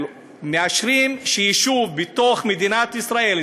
מאשרים שיישוב בתוך מדינת ישראל,